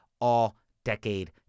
All-Decade